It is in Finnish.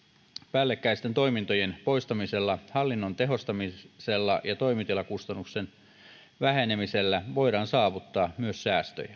päällekkäisten toimintojen poistamisella hallinnon tehostamisella ja toimitilakustannusten vähenemisellä voidaan saavuttaa myös säästöjä